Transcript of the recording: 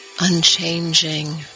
unchanging